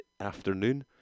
afternoon